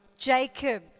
jacob